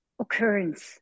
occurrence